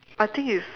I think it's